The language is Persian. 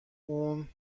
اون